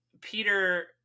Peter